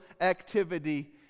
activity